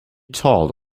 told